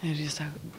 ir ji sako